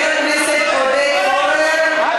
חבר הכנסת עודד פורר, די.